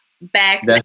back